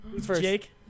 jake